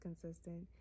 consistent